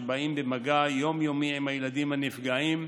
שבאים במגע יומיומי עם הילדים הנפגעים,